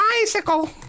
bicycle